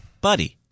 buddy